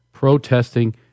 protesting